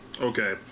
Okay